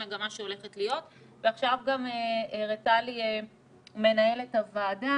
המגמה שהולכת להיות ועכשיו גם הראתה לי מנהלת הוועדה